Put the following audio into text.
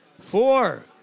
Four